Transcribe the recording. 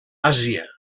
àsia